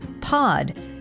pod